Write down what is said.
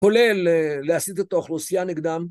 ‫כולל להסיט את האוכלוסייה נגדם.